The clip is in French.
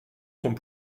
sont